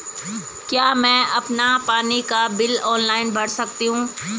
क्या मैं अपना पानी का बिल ऑनलाइन भर सकता हूँ?